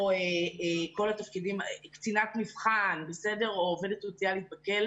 או קצינת מבחן, או עובדת סוציאלית בכלא